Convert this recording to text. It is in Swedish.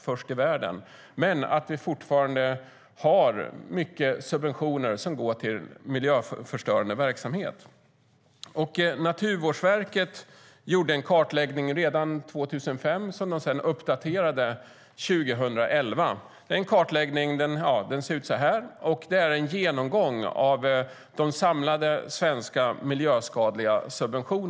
Men de påpekar att vi fortfarande har mycket subventioner till miljöförstörande verksamhet. Naturvårdsverket gjorde en kartläggning redan 2005 som de sedan uppdaterade 2011. Den kartläggningen visar jag nu för kammarens ledamöter. Den är en genomgång av de samlade svenska miljöskadliga subventionerna.